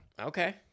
Okay